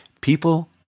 People